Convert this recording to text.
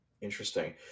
Interesting